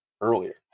earlier